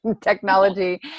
technology